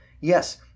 Yes